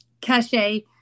cachet